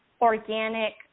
organic